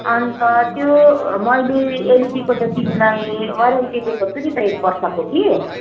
अन्त त्यो मैले एलइडीको त तिमीलाई वारन्टी दिएको छु नि त एक वर्षको कि